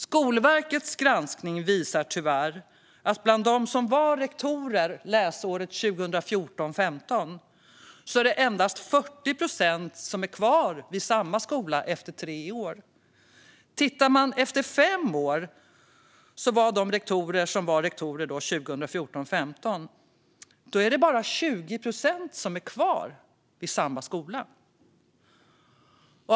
Skolverkets granskning visar tyvärr att bland dem som var rektorer läsåret 2014 15 som är kvar på samma skola.